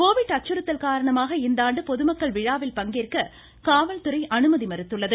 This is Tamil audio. கோவிட் அச்சுறுத்தல் காரணமாக இந்தாண்டு பொதுமக்கள் விழாவில் பங்கேற்க காவல்துறை அனுமதி மறுத்துள்ளது